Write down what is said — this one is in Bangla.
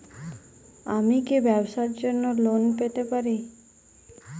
আমি কি ব্যবসার জন্য লোন পেতে পারি?